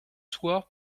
soir